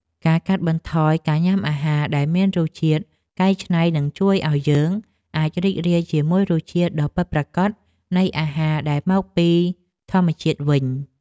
ការកាត់បន្ថយការញ៉ាំអាហារដែលមានរសជាតិកែច្នៃនឹងជួយឲ្យយើងអាចរីករាយជាមួយរសជាតិដ៏ពិតប្រាកដនៃអាហារដែលមកពីធម្មជាតិវិញ។